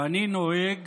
ואני נוהג